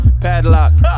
padlock